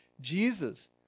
Jesus